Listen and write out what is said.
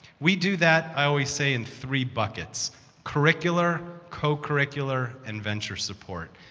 we do that, i always say, in three buckets curricular, co-curricular, and venture support.